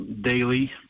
daily